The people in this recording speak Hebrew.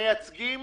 מייצגים